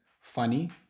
funny